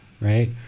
right